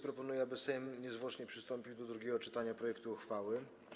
Proponuję, aby Sejm niezwłocznie przystąpił do drugiego czytania projektu uchwały.